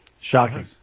Shocking